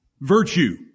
virtue